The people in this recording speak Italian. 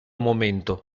momento